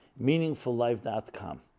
MeaningfulLife.com